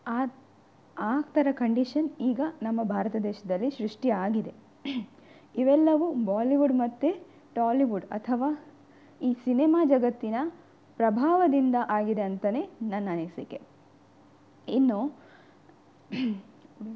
ಆ ಆ ಥರ ಕಂಡೀಷನ್ ಈಗ ನಮ್ಮ ಭಾರತ ದೇಶದಲ್ಲಿ ಸೃಷ್ಟಿಯಾಗಿದೆ ಇವೆಲ್ಲವೂ ಬಾಲಿವುಡ್ ಮತ್ತು ಟಾಲಿವುಡ್ ಅಥವಾ ಈ ಸಿನಿಮಾ ಜಗತ್ತಿನ ಪ್ರಭಾವದಿಂದ ಆಗಿದೆ ಅಂತಲೇ ನನ್ನ ಅನಿಸಿಕೆ ಇನ್ನು